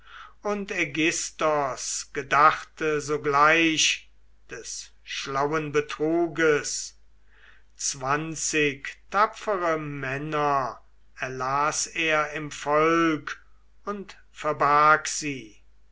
und aigisthos gedachte sogleich des schlauen betruges zwanzig tapfere männer erlas er im volk und verbarg sie